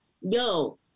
yo